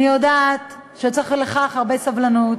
אני יודעת שצריך לכך הרבה סבלנות.